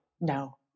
no